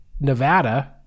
Nevada